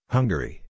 Hungary